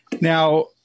Now